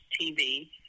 TV